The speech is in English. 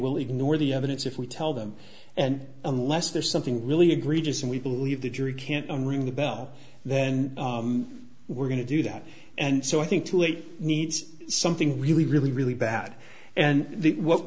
will ignore the evidence if we tell them and unless there's something really egregious and we believe the jury can't unring the bell then we're going to do that and so i think too late needs something really really really bad and the what